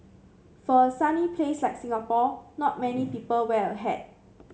for a sunny place like Singapore not many people wear a hat